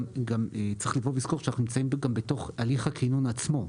גם צריך לזכור שאנחנו נמצאים בתוך הליך הכינון עצמו.